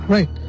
Right